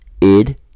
id